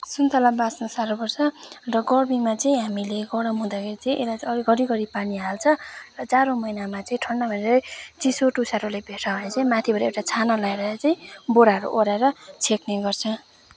सुन्ताला बाँच्नु साह्रो पर्छ र गर्मीमा चाहिँ हामीले गरम हुँदाखेरि चाहिँ यसलाई चाहिँ घरिघरि पानी हाल्छ जाडो महिनामा चाहिँ ठन्डा चिसो टुसारोले भेट्छ भनेर चाहिँ माथिबाट एउटा छाना लाएर चाहिँ बोराहरू ओढाएर छेक्ने गर्छ